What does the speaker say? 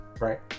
right